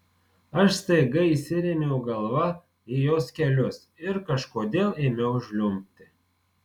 aš staiga įsirėmiau galva į jos kelius ir kažkodėl ėmiau žliumbti